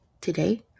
today